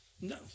No